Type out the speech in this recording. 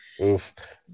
Oof